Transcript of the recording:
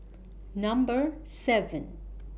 Number seven